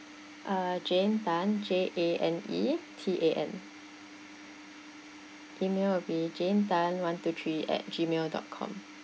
uh jane tan J A N E T A N email will be jane tan one two three at Gmail dot com